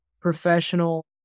professional